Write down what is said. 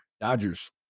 Dodgers